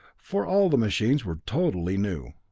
for all the machines were totally new.